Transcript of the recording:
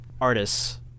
artists